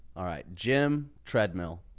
all right, jim treadmill.